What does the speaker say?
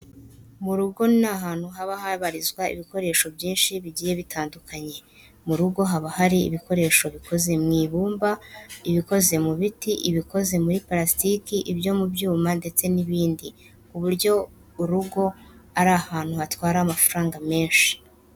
Mu rugo ni ahantu haba habarizwa ibikoresho byinshi cyane bigiye bitandukanye. Mu rugo haba hari ibikoresho bikoze mu ibumba, ibikoze mu biti, ibikoze muri parasitike , ibyo mu byuma ndetse n'ibindi ku buryo urugo ari ahantu hatwara amafaranga menshi.